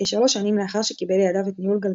כשלוש שנים לאחר שקיבל לידיו את ניהול גלגלצ,